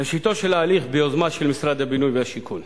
ראשיתו של ההליך ביוזמה של משרד הבינוי והשיכון,